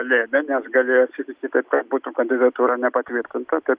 lėmė nes galėjo atsitikti taip kad būtų kandidatūra nepatvirtinta taip